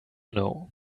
know